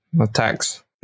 Attacks